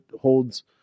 holds